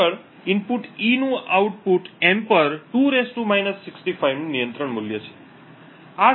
આગળ input E નું output M પર 2 નું નિયંત્રણ મૂલ્ય છે